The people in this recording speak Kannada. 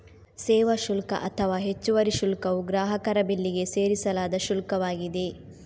ಸೇವಾ ಶುಲ್ಕ ಅಥವಾ ಹೆಚ್ಚುವರಿ ಶುಲ್ಕವು ಗ್ರಾಹಕರ ಬಿಲ್ಲಿಗೆ ಸೇರಿಸಲಾದ ಶುಲ್ಕವಾಗಿದೆ